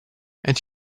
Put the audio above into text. and